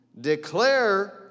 Declare